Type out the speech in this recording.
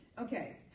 Okay